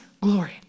glory